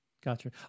Gotcha